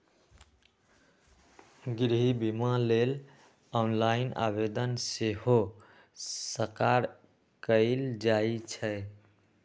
गृह बिमा लेल ऑनलाइन आवेदन सेहो सकार कएल जाइ छइ